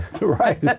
Right